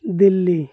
Delhi